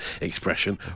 expression